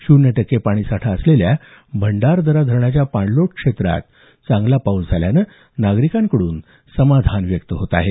शून्य टक्के पाणी साठा असलेल्या भंडरदरा धरणाच्या पाणलोट क्षेत्रात चांगला पाऊस झाल्यानं नागरिकांमधून समाधान व्यक्त होत आहे